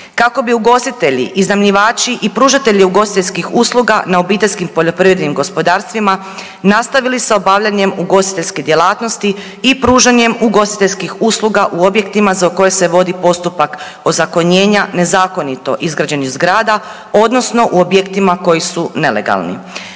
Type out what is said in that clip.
Kako bi ugostitelji, iznajmljivači i pružatelji ugostiteljskih usluga na OPG-ovima nastavili sa obavljanjem ugostiteljske djelatnosti i pružanjem ugostiteljskih usluga u objektima za koje se vodi postupak ozakonjenja nezakonito izgrađenih zgrada odnosno u objektima koji su nelegalni.